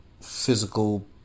Physical